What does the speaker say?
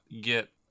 get